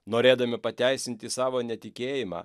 norėdami pateisinti savo netikėjimą